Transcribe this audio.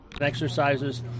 Exercises